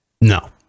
No